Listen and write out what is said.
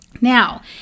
Now